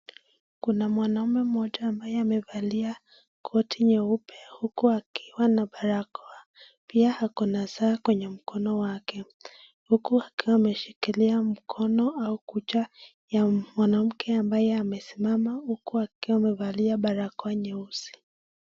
Kuna mwanaume mmoja ambaye amevalia koti nyeupe huku akiwa na barakoa pia ako na saa kwenye mkono wake huku akiwa ameshikilia mkono au kucha ya mwanamke ambaye amesimama huku akiwa amevalia barakoa nyeusi.